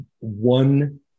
one